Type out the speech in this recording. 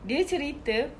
dia cerita